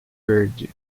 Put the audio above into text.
verde